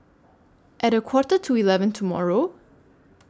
At A Quarter to eleven tomorrow